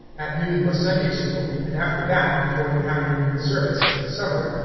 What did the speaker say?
at noon was sunday-school, and after that, before the afternoon service, in summer,